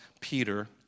Peter